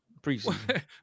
Preseason